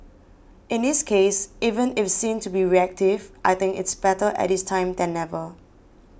in this case even if seen to be reactive I think it's better at this time than never